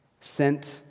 Sent